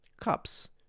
cups